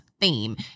theme